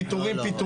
פיטורים.